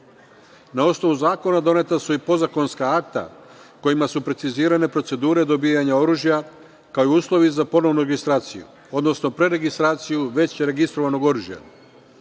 osnovu Zakona, doneta su i podzakonska akta kojima su precizirane procedure dobijanja oružja, kao i uslovi za ponovnu registraciju, odnosno preregistraciju već registrovanog oružja.